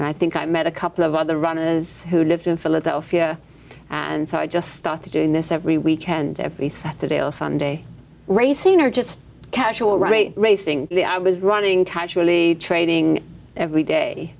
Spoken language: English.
and i think i met a couple of other runners who lives in philadelphia and so i just started doing this every weekend every saturday or sunday race scene or just casual rate racing the i was running casually training every day